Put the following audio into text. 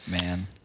Man